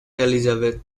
elizabeth